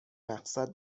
مقصد